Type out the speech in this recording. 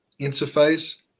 interface